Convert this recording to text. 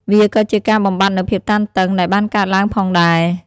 វាក៏ជាការបំបាត់នូវភាពតានតឹងដែលបានកើតឡើងផងដែរ។